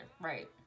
right